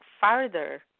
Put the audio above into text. farther